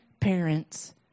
parents